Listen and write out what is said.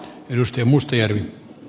arvoisa puhemies